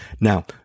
Now